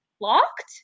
locked